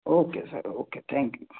okay sir okay thank you